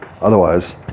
Otherwise